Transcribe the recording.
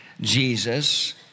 Jesus